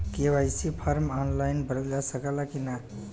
KYC form online भरा सकला की ना?